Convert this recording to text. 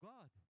God